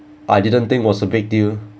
I didn't think was a big deal